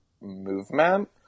movement